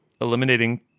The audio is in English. eliminating